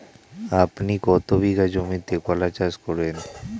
আপনি কত বিঘা জমিতে কলা চাষ করেন?